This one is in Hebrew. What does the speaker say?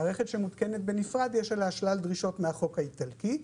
מערכת שמותקנת בנפרד יש עליה שלל דרישות מהחוק האיטלקי.